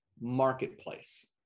marketplace